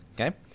Okay